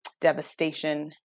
devastation